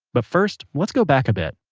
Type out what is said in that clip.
but first let's go back a bit.